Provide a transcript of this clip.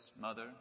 mother